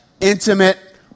intimate